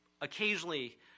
occasionally